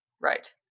Right